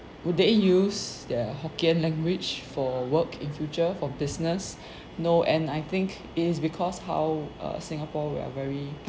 would they use their hokkien language for work in future for business no and I think it is because how err singapore we are very